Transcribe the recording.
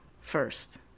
first